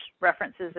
references